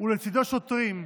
ולצידו שוטרים,